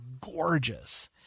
gorgeous